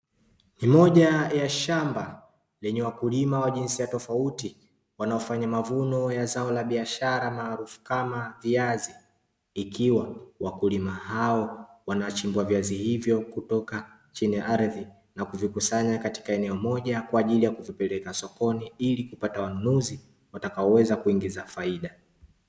Ni moja ya shamba lenye wakulima wa jinsia tofauti wanaofanya mavuno ya zao la biashara maarufu kama viazi, ikiwa wakulima hao wanachimbua viazi hivyo toka chini ya ardhi na kuvikusanya katika eneo moja kwa ajili ya kuvipeleka sokoni, ili kupata wanunuzi watakaweza kuingiza faida.